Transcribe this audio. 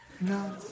No